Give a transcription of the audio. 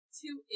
two